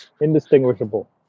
Indistinguishable